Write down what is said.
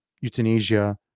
euthanasia